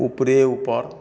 उपरे उपर